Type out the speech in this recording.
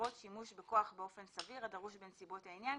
לרבות שימוש בכוח באופן סביר הדרוש בנסיבות העניין,